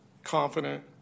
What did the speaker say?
confident